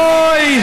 אוי.